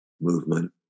movement